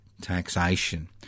taxation